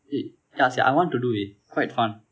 eh ya sia I want to do eh quite fun